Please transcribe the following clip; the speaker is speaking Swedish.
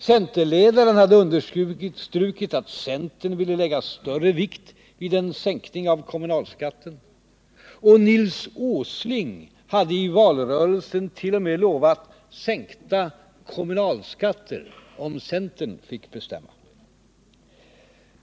Centerledaren hade understrukit att centern ville lägga större vikt vid en sänkning av kommunalskatten, och Nils Åsling hade i valrörelsen t.o.m. lovat sänkta kommunalskatter om centern fick bestämma.